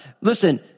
Listen